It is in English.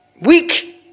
weak